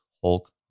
Hulk